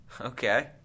Okay